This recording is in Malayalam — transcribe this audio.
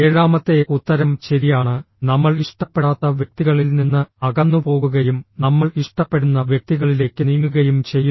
ഏഴാമത്തെ ഉത്തരം ശരിയാണ് നമ്മൾ ഇഷ്ടപ്പെടാത്ത വ്യക്തികളിൽ നിന്ന് അകന്നുപോകുകയും നമ്മൾ ഇഷ്ടപ്പെടുന്ന വ്യക്തികളിലേക്ക് നീങ്ങുകയും ചെയ്യുന്നു